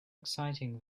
exciting